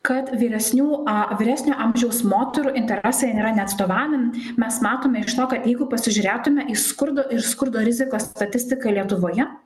kad vyresnių a vyresnio amžiaus moterų interesai nėra neatstovaujam mes matome iš to kad jeigu pasižiūrėtume į skurdo ir skurdo rizikos statistiką lietuvoje